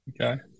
Okay